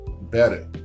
Better